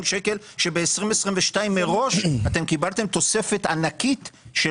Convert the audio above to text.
שקלים כשב-2022 מראש אתם קיבלתם תוספת ענקית.